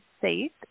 safe